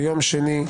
ביום שני,